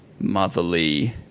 motherly